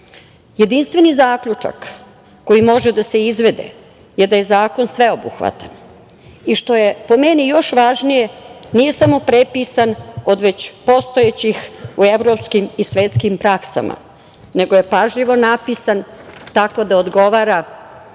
građe. Jedinstveni zaključak koji može da se izvede je da zakon sveobuhvatan i što je po meni još važnije nije samo prepisan od već postojećih u evropskim i svetskim praksama, nego je pažljivo napisan tako da odgovara